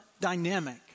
dynamic